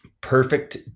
Perfect